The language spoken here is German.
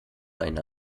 eine